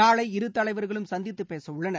நாளை இரு தலைவர்களும் சந்தித்துப் பேசவுள்ளனர்